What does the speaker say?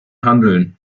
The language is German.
handeln